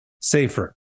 safer